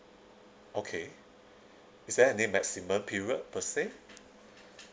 okay is there any maximum period per se